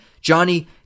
Johnny